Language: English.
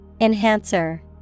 Enhancer